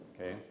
okay